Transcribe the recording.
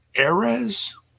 Ares